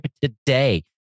today